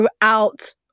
throughout